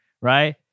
right